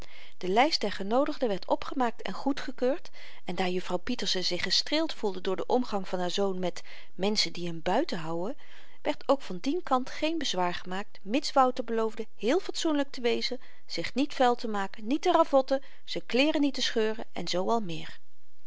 de lyst der genoodigden werd opgemaakt en goedgekeurd en daar juffrouw pieterse zich gestreeld voelde door den omgang van haar zoon met menschen die n buiten houwen werd ook van dien kant geen bezwaar gemaakt mits wouter beloofde heel fatsoenlyk te wezen zich niet vuil te maken niet te ravotten z'n kleeren niet te scheuren en zoo al meer